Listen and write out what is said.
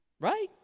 Right